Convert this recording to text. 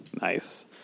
Nice